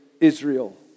Israel